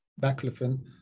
Baclofen